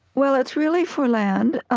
well, it's really for land,